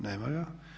Nema ga.